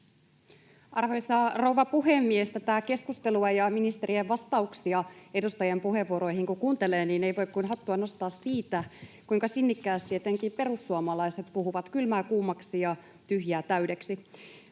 Arvoisa rouva puhemies! Tätä keskustelua ja ministerien vastauksia edustajien puheenvuoroihin kun kuuntelee, niin ei voi kuin hattua nostaa sille, kuinka sinnikkäästi etenkin perussuomalaiset puhuvat kylmää kuumaksi ja tyhjää täydeksi.